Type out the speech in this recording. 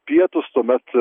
pietus tuomet